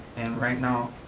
and right now,